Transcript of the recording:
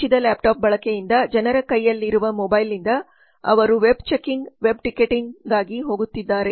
ಹೆಚ್ಚಿದ ಲ್ಯಾಪ್ಟಾಪ್ ಬಳಕೆದಿಂದ ಜನರ ಕೈಲಿರುವ ಮೊಬೈಲಿಂದ ಅವರು ವೆಬ್ ಚೆಕಿಂಗ್ ವೆಬ್ ಟಿಕೆಟಿಂಗ್ಗಾಗಿ ಹೋಗುತ್ತಿದ್ದಾರೆ